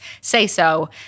say-so